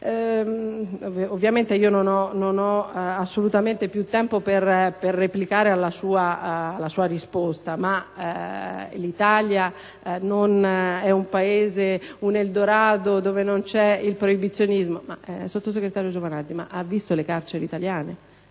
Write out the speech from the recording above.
è naturale. Non ho assolutamente più tempo per replicare alla sua risposta, ma aggiungo: l'Italia è un eldorado in cui non c'è il proibizionismo? Sottosegretario Giovanardi, ma ha visto le carceri italiane?